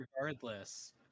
regardless